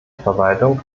verwaltung